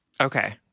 Okay